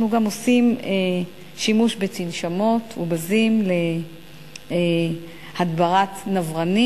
אנחנו גם עושים שימוש בתנשמות ובזים להדברת נברנים.